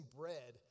bread